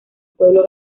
pueblo